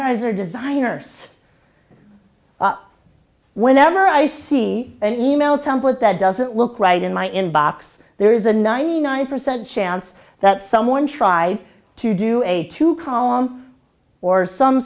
guys are designers up whenever i see an e mail template that doesn't look right in my inbox there is a ninety nine percent chance that someone tried to do a two column or some